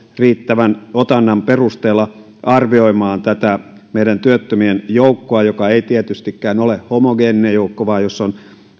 riittävän otannan perusteella arvioimaan tätä meidän työttömien joukkoa joka ei tietystikään ole homogeeninen joukko vaan jossa on